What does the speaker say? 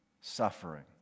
suffering